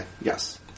yes